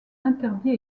interdit